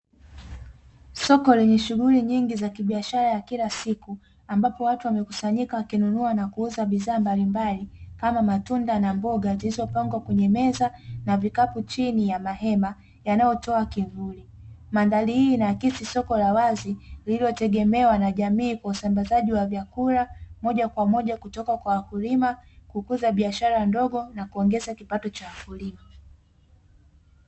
Soko lenye shughuli nyingi za kibiashara ya kila siku ambapo watu wamekusanyika wakinunua na kuuza bidhaa mbalimbali kama matunda na mboga zilizopangwa kwenye meza na vikapu chini ya mahema, yanayotoa kivuli. Mandhari hii inaakisi soko la wazi lililotegemewa na jamii kwa usambazaji wa vyakula, moja kwa moja kutoka kwa wakulima, kukuza biashara ndogo, na kukuza kipato cha wakulima.